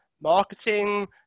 marketing